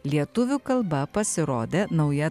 lietuvių kalba pasirodė nauja